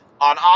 on